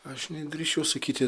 aš nedrįsčiau sakyti